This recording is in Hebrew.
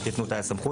אם תיתנו את הסמכות.